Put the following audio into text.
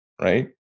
right